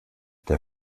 der